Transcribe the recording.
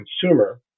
consumer